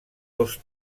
dos